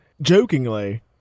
jokingly